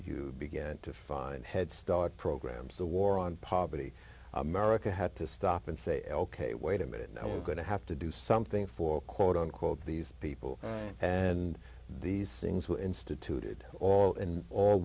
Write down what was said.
you began to find head start programs the war on poverty america had to stop and say ok wait a minute now we're going to have to do something for quote unquote these people and these things were instituted all in all